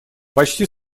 почти